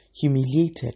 humiliated